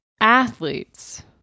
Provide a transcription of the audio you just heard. athletes